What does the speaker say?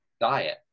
diet